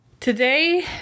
Today